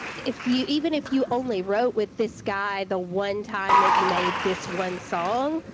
if you even if you only wrote with this guy the one time that you made this one song,